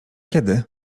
kiedy